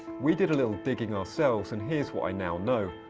we did a little digging ourselves and here's what i now know.